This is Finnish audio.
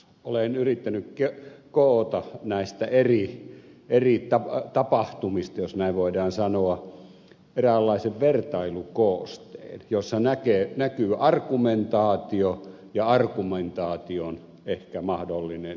olen yrittänyt koota näistä eri tapahtumista jos näin voidaan sanoa eräänlaisen vertailukoosteen jossa näkyy argumentaatio ja ehkä argumentaation mahdollinen merkitys